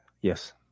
yes